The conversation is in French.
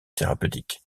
thérapeutiques